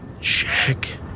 check